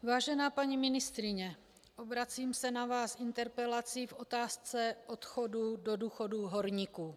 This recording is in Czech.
Vážená paní ministryně, obracím se na vás s interpelací v otázce odchodu do důchodu horníků.